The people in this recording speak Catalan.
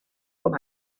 com